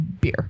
beer